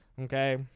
okay